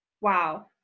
Wow